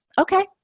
okay